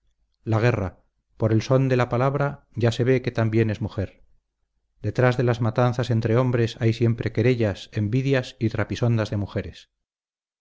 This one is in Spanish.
la guerra por el son de la palabra ya se ve que también es mujer detrás de las matanzas entre hombres hay siempre querellas envidias y trapisondas de mujeres